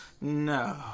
No